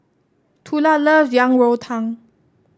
Tula love Yang Rou Tang